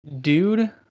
dude